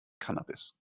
cannabis